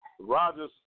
Rogers